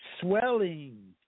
swelling